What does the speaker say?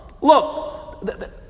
look